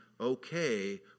okay